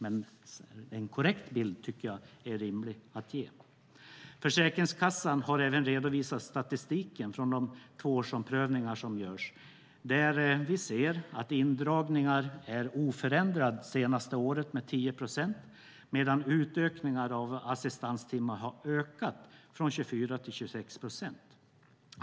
Det är en korrekt bild som det är rimligt att ge. Försäkringskassan har även redovisat statistiken från de tvåårsomprövningar som görs. Indragningarna ligger på 10 procent - oförändrat det senaste året - medan utökningarna av assistanstimmar ökat från 24 till 26 procent.